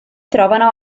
trovano